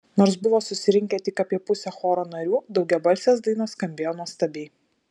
nors buvo susirinkę tik apie pusė choro narių daugiabalsės dainos skambėjo nuostabiai